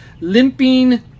Limping